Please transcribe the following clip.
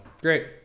great